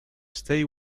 stay